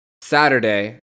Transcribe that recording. Saturday